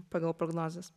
pagal prognozes